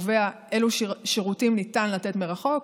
הקובעת אילו שירותים ניתן לתת מרחוק,